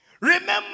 Remember